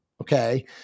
okay